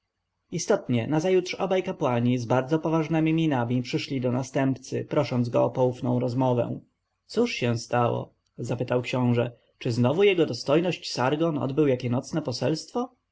istotnie nazajutrz obaj kapłani z bardzo poważnemi minami przyszli do następcy prosząc go o poufną rozmowę cóż się stało zapytał książę czy znowu jego dostojność sargon odbył jakie nocne poselstwo